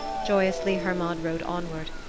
joyously hermod rode onward.